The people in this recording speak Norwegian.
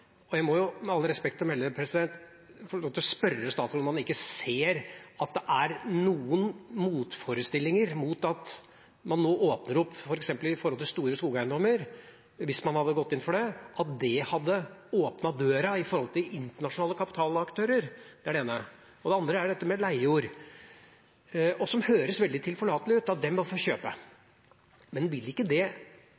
og jeg må jo, med all respekt å melde, få lov til å spørre statsråden om han ikke ser at det er noen motforestillinger mot å åpne opp for f.eks. store skogeiendommer – hvis man hadde gått inn for dette – at det hadde åpnet døra for internasjonale kapitalaktører. Det er det ene. Det andre handler om leiejord, som høres veldig tilforlatelig ut: Ja, de må få kjøpe.